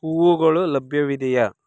ಹೂವುಗಳು ಲಭ್ಯವಿದೆಯಾ